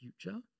future